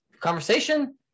conversation